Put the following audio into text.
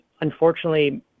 unfortunately